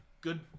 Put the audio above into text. Good